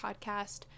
podcast